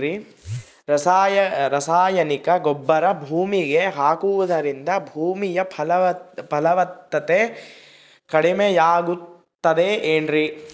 ರಾಸಾಯನಿಕ ಗೊಬ್ಬರ ಭೂಮಿಗೆ ಹಾಕುವುದರಿಂದ ಭೂಮಿಯ ಫಲವತ್ತತೆ ಕಡಿಮೆಯಾಗುತ್ತದೆ ಏನ್ರಿ?